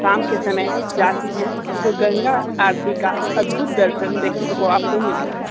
शाम के समय जाती हैं तो गंगा आरती का अद्भुद दर्शन देखने को आपको मिलता है